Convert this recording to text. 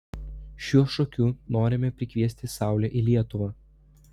šiuo šokiu norime prikviesti saulę į lietuvą